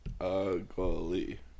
ugly